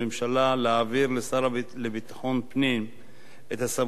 להעביר לשר לביטחון פנים את הסמכות הנתונה